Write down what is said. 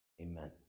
Amen